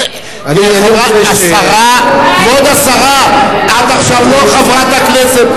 כבוד השרה, את עכשיו לא חברת כנסת.